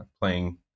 playing